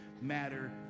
matter